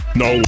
no